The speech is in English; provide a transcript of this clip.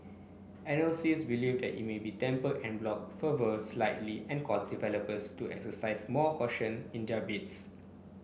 analyst believe that it may temper en bloc fervour slightly and cause developers to exercise more caution in their bids